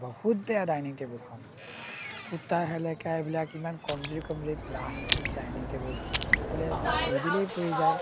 বহুত বেয়া ডাইনিং টেবুলখন খুটা হেলেকা এইবিলাক ইমান কমজুৰি কমজুৰি প্লাষ্টিক ডাইনিং টেবুল বোলে এনেকৈ চুই দিলেই পৰি যায়